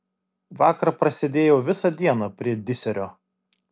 vakar prasėdėjau visą dieną prie diserio